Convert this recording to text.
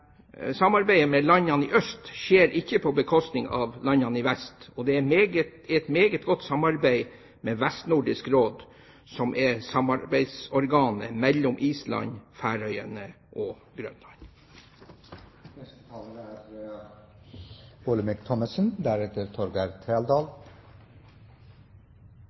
Samarbeidet med landene i øst skjer ikke på bekostning av landene i vest. Det er et meget godt samarbeid med Vestnordisk Råd, som er samarbeidsorganet mellom Island, Færøyene og